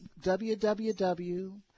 www